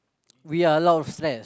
we are a lot of stress